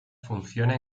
funciona